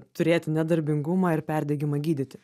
turėti nedarbingumą ir perdegimą gydyti